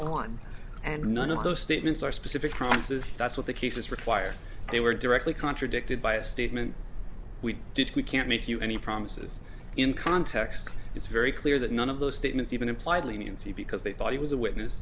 on and none of those statements are specific promises that's what the cases require they were directly contradicted by a statement we did we can't make you any promises in context it's very clear that none of those statements even implied leniency because they thought he was a witness